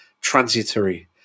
transitory